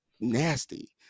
nasty